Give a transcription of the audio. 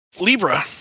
Libra